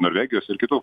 norvegijos ir kitų